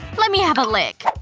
lemme have a lick,